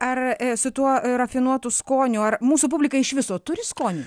ar su tuo rafinuotu skoniu ar mūsų publika iš viso turi skonį